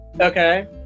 Okay